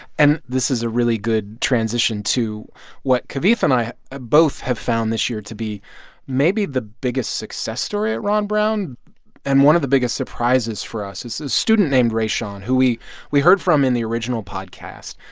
and this is a really good transition to what kavitha and i ah both have found this year to be maybe the biggest success story at ron brown and one of the biggest surprises for us. it's a student named rashawn, who we we heard from in the original podcast,